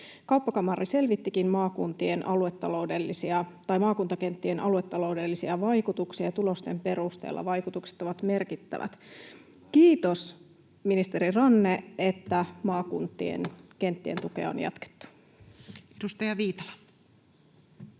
Kauppakamari selvittikin maakuntakenttien aluetaloudellisia vaikutuksia, ja tulosten perusteella vaikutukset ovat merkittävät. Kiitos, ministeri Ranne, että maakuntien kenttien tukea on jatkettu. [Speech 605]